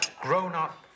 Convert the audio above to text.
Grown-up